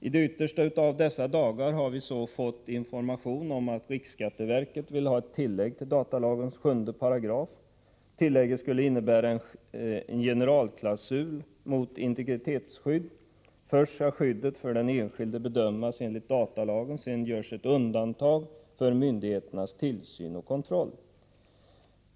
I de yttersta av dessa dagar har vi fått information om att riksskatteverket vill ha ett tillägg beträffande datalagens 7 §. Tillägget skulle innebära en generalklausul mot integritetsskyddet. Först skall skyddet för den enskilde bedömas enligt datalagen. Sedan görs ett undantag för myndigheternas tillsyn och kontroll.